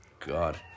God